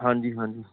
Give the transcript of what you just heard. ਹਾਂਜੀ ਹਾਂਜੀ